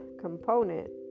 component